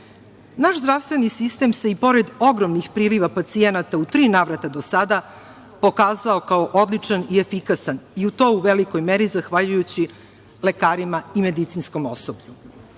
zdravstveni sistem se i pored ogromnih priliva pacijenata u tri navrata do sada pokazao kao odličan i efikasan, i to u velikoj meri zahvaljujući lekarima i medicinskom osoblju.